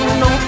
no